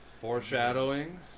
Foreshadowing